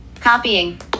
Copying